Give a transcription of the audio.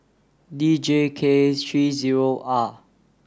D J K three zero R